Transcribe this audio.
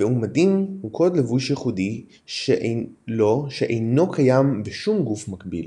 נקבעו מדים וקוד לבוש ייחודי לו שאינו קיים בשום גוף מקביל.